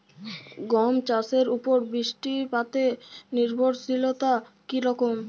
গম চাষের উপর বৃষ্টিপাতে নির্ভরশীলতা কী রকম?